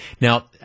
now